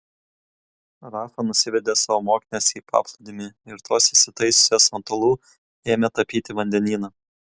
rafa nusivedė savo mokines į paplūdimį ir tos įsitaisiusios ant uolų ėmė tapyti vandenyną